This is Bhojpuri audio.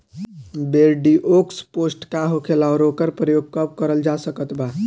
बोरडिओक्स पेस्ट का होखेला और ओकर प्रयोग कब करल जा सकत बा?